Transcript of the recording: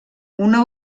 una